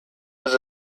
was